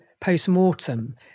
post-mortem